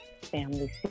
family